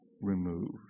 removed